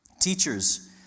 Teachers